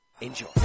Enjoy